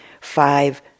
five